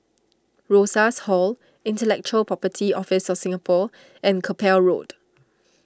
Rosas Hall Intellectual Property Office of Singapore and Keppel Road